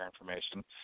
information